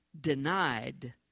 denied